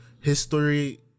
history